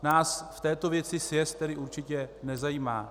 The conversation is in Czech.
Nás v této věci sjezd tedy určitě nezajímá.